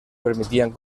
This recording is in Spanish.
permitían